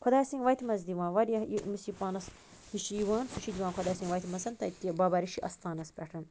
خۄداے سٕنٛدۍ وَتہِ منٛز دِوان واریاہ ییٚمِس یہِ پانَس یہِ چھُ یِوان سُہ چھُ دِوان خۄداے سٕنٛدۍ وَتہِ منٛزَن تَتہِ بابا ریٖشی اَستانَس پٮ۪ٹھ